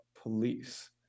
police